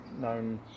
known